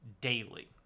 daily